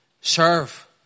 Serve